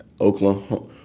Oklahoma